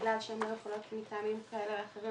בגלל שהן לא יכולות מטעמים כאלה ואחרים